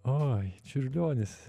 oi čiurlionis